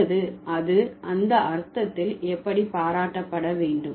அல்லது அது அந்த அர்த்தத்தில் எப்படி பாராட்டப்பட வேண்டும்